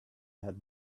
had